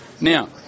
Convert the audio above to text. Now